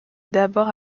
d’abord